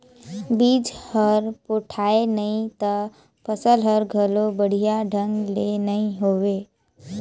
बिज हर पोठाय नही त फसल हर घलो बड़िया ढंग ले नइ होवे